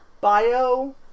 Bio